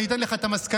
אני אתן לך את המסקנה,